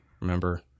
remember